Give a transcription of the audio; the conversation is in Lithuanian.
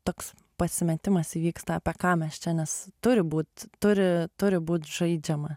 toks pasimetimas įvyksta apie ką mes čia nes turi būt turi turi būt žaidžiama